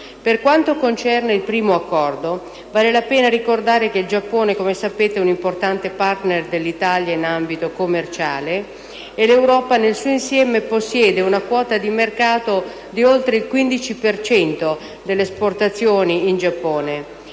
Per quanto concerne il primo accordo, vale la pena ricordare che il Giappone è un importante *partner* dell'Italia in ambito commerciale. L'Europa nel suo insieme possiede una quota di mercato di oltre il 15 per cento delle esportazioni in Giappone,